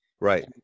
Right